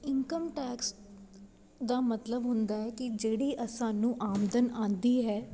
income tax ਦਾ ਮਤਲਬ ਹੁੰਦਾ ਐ ਕਿ ਜਿਹੜੀ ਅਸਾਨੂੰ ਆਮਦਨ ਆਂਦੀ ਹੈ